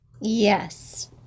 Yes